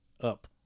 up